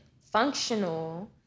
functional